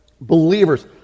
believers